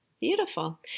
beautiful